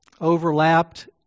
overlapped